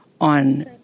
on